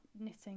knitting